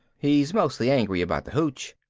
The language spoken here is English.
he's mostly angry about the hooch.